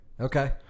Okay